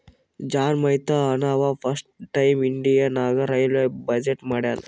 John Mathai ಅಂನವಾ first time India ನಾಗ್ railway budget ಮಾಡ್ಯಾನ್